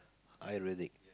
ironic